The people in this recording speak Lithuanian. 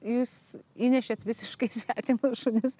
jūs įnešėt visiškai svetimus šunis